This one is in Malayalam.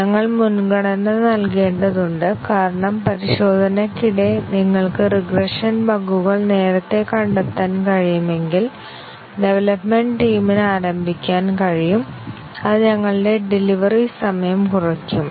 ഞങ്ങൾ മുൻഗണന നൽകേണ്ടതുണ്ട് കാരണം പരിശോധനയ്ക്കിടെ നിങ്ങൾക്ക് റിഗ്രഷൻ ബഗുകൾ നേരത്തെ കണ്ടെത്താൻ കഴിയുമെങ്കിൽ ഡെവലപ്മെന്റ് ടീമിന് ആരംഭിക്കാൻ കഴിയും അത് ഞങ്ങളുടെ ഡെലിവറി സമയം കുറയ്ക്കും